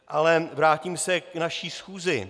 Ale vrátím se k naší schůzi.